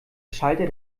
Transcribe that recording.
schalter